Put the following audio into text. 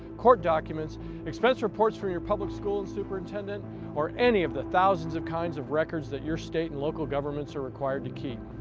court documents, and expense reports from your public schools' superintendent or any of the thousands of kinds of records that your state and local government are required to keep.